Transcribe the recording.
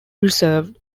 reserve